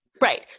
Right